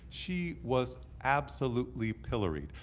she was absolutely pilloried,